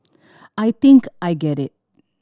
I think I get it